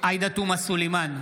עאידה תומא סלימאן,